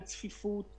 על צפיפות,